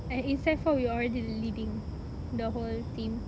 like in sec four we're already leading the whole team